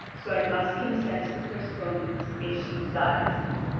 so i must consent to the postponement, if she desires it.